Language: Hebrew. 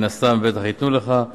מן הסתם, בטח ייתנו לך.